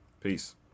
Peace